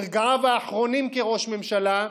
ברגעיו האחרונים כראש ממשלה,